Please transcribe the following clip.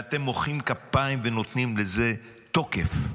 ואתם מוחאים כפיים ונותנים לזה תוקף.